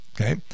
okay